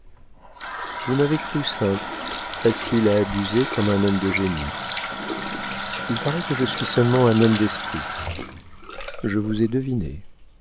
vous m'avez cru simple facile à abuser comme un homme de génie il paraît que je suis seulement un homme d'esprit je vous ai devinée